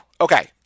Okay